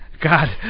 God